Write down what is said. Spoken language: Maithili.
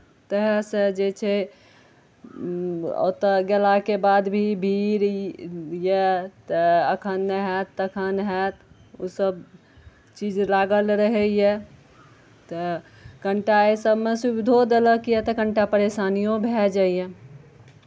तएहसँ जे छै ओतय गेलाके बाद भी भीड़ यए तऽ एखन नहि हैत तखन हैत ओसभ चीज लागल रहैए तऽ कनि टा एहि सभमे सुविधो देलक यए तऽ कनि टा परेशानियो भए जाइए